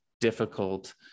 difficult